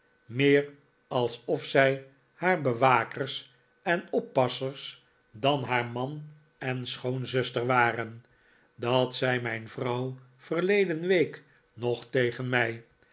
meer alsof zij haar bewakers en oppassers dan haar man en schoonzuster waren dat zei mijn vrouw verleden week nog tegen mij